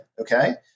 Okay